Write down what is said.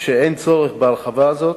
שאין צורך בהרחבה כזאת,